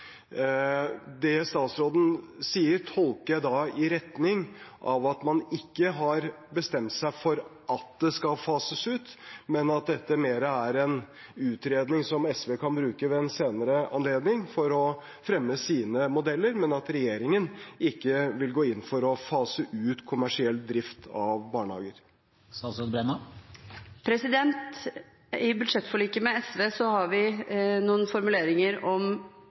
Det statsråden sier, tolker jeg da i retning av at man ikke har bestemt seg for at det skal fases ut, at dette mer er en utredning som SV kan bruke ved en senere anledning for å fremme sine modeller, men at regjeringen ikke vil gå inn for å fase ut kommersiell drift av barnehager. I budsjettforliket med SV har vi noen formuleringer om